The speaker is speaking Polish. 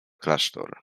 klasztor